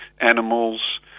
animals